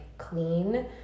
Clean